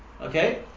Okay